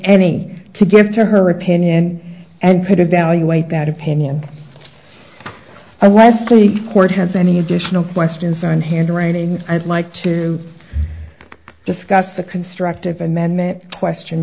any to give to her opinion and could evaluate that opinion unless the court has any additional questions on hand raining i'd like to discuss the constructive amendment question